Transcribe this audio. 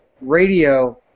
radio